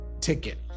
ticket